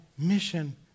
mission